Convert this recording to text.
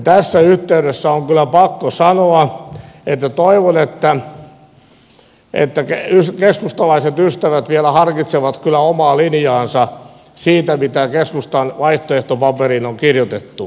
tässä yhteydessä on kyllä pakko sanoa että toivon että keskustalaiset ystävät vielä harkitsevat omaa linjaansa siitä mitä keskustan vaihtoehtopaperiin on kirjoitettu